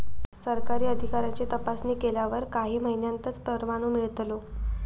सरकारी अधिकाऱ्यांची तपासणी केल्यावर काही महिन्यांतच परवानो मिळतलो